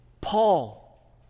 Paul